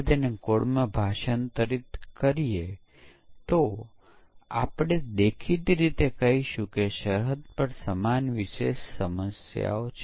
તેથી સિસ્ટમ અને એકીકરણ પરીક્ષણ દરમિયાન પરીક્ષકો આને હાથ ધરે છે